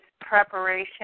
preparation